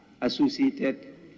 associated